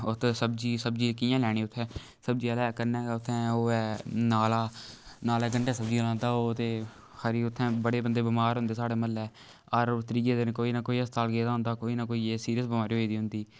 ओत्त सब्जी सब्जी कियां लैनी उत्थै सब्जी आह्ले कन्नै गै उत्थै ओह् ऐ नाला नाले कंढै सब्जियां लांदा ओह् ते खरी उत्थै बड़े बंदे सारे बमार होंदे साढ़ै म्हल्लै हर रोज त्रिये दिन कोई ना कोई अस्पताल गेदा होंदा कोई नां कोई सीरियस बमारी होई दी होंदी